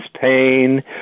pain